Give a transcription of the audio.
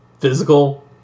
physical